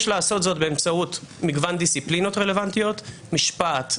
יש לעשות זאת באמצעות מגוון דיסציפלינות רלוונטיות: משפט,